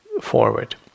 forward